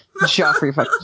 Joffrey